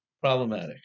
problematic